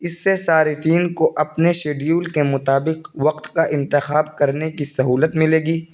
اس سے صارفین کو اپنے شیڈیول کے مطابق وقت کا انتخاب کرنے کی سہولت ملے گی